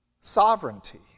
sovereignty